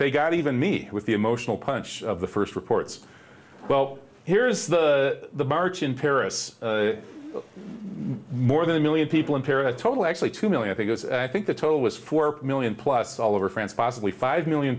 they got even me with the emotional punch of the first reports well here is the march in paris more than a million people in paris total actually two million i think i think the total was four million plus all over france possibly five million